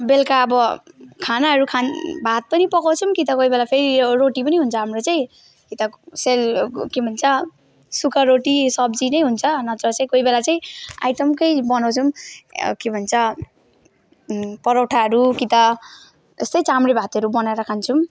बेलुका अब खानाहरू खान भात पनि पकाउँछौँ कि त कोही बेला फेरि यो रोटी पनि हुन्छ हाम्रो चाहिँ यता सेल के भन्छ सुखा रोटी सब्जी नै हुन्छ नत्र चाहिँ कोही बेला चाहिँ आइटमकै बनाउँछौँ के भन्छ परोठाहरू कि त यस्तै चाम्रे भातहरू बनाएर खान्छौँ